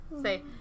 Say